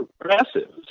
progressives